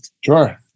Sure